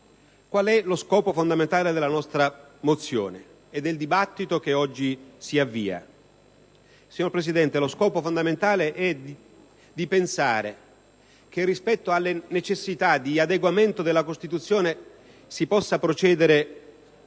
2). Lo scopo fondamentale della nostra mozione e del dibattito che oggi si avvia, signor Presidente, è non pensare che rispetto alle necessità di adeguamento della Costituzione si possa procedere